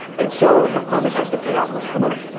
and so mccormick has to pay out most of the money.